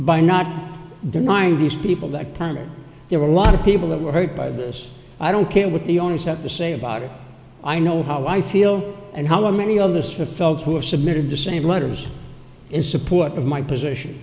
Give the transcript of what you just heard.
by not denying these people that primary there were a lot of people that were hurt by this i don't care what the owners have to say about it i know how i feel and how many of us for a felt who have submitted the same letters in support of my position